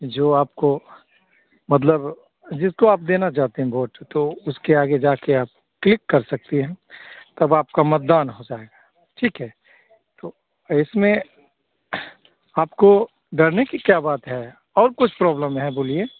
जो आपको मतलब जिसको आप देना चाहते हैं वोट तो उसके आगे जाकर आप क्लिक कर सकती हैं तब आप का मतदान हो जाएगा ठीक है तो इसमें आपको डरने की क्या बात है और कुछ प्रॉब्लम है बोलिए